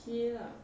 he lah